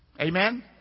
Amen